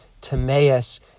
Timaeus